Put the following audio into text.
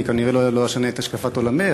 אני כנראה לא אשנה את השקפת עולמך,